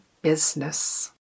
business